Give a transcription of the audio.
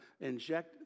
Inject